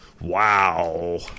Wow